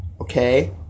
okay